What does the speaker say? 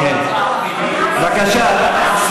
בכל זאת ההבדל,